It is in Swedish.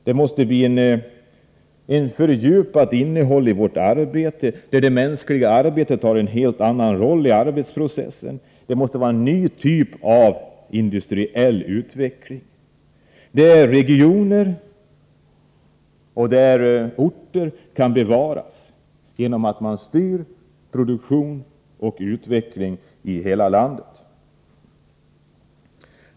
Vårt arbete måste få ett fördjupat innehåll. Det mänskliga arbetet måste få en helt annan roll i arbetsprocessen. Vi måste få en ny typ av industriell utveckling, där regioner och orter kan bevaras genom att man styr produktion och utveckling i hela landet.